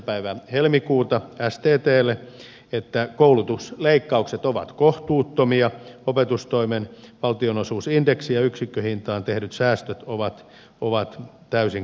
päivä helmikuuta sttlle että koulutusleikkaukset ovat kohtuuttomia opetustoimen valtionosuusindeksiin ja yksikköhintaan tehdyt säästöt ovat täysin kohtuuttomia